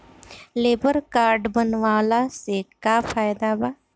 Labour card बनवाला से का फायदा बा?